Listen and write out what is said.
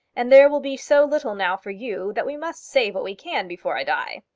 and there will be so little now for you, that we must save what we can before i die.